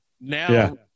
now